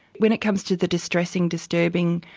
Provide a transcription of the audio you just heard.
when it comes to the distressing, disturbing,